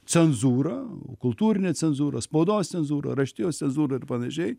cenzūrą kultūrinę cenzūrą spaudos cenzūrą raštijos cezūrą ir panašiai